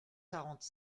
quarante